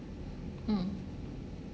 mm